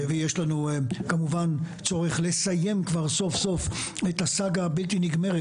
ויש לנו כמובן צורך לסיים כבר סוף סוף את הסאגה הבלתי נגמרת